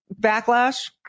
backlash